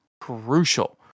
crucial